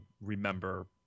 remember